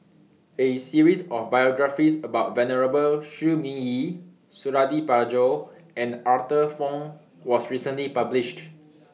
A series of biographies about Venerable Shi Ming Yi Suradi Parjo and Arthur Fong was recently published